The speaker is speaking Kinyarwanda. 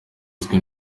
uzwi